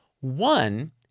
One